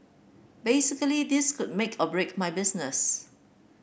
basically this could make or break my business